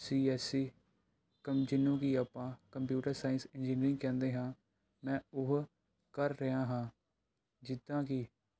ਸੀ S C ਕਮ ਜਿਹਨੂੰ ਕਿ ਆਪਾਂ ਕੰਪਿਊਟਰ ਸਾਇੰਸ ਇੰਜੀਨੀਅਰਿੰਗ ਕਹਿੰਦੇ ਹਾਂ ਮੈਂ ਉਹ ਕਰ ਰਿਹਾ ਹਾਂ ਜਿੱਦਾਂ ਕਿ